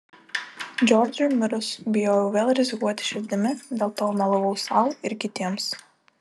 džordžui mirus bijojau vėl rizikuoti širdimi dėl to melavau sau ir kitiems